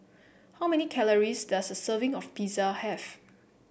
how many calories does a serving of Pizza have